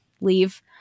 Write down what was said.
leave